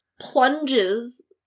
plunges